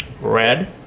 Red